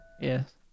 Yes